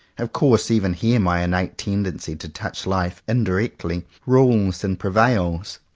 of course even here my innate tendency to touch life indirectly, rules and prevails.